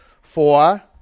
Four